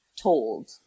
Told